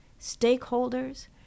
stakeholders